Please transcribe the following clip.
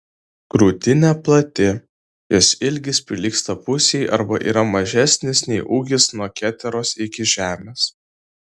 krūtinė plati jos ilgis prilygsta pusei arba yra mažesnis nei ūgis nuo keteros iki žemės